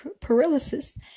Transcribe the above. paralysis